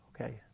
Okay